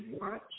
watch